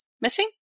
missing